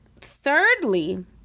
thirdly